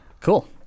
Cool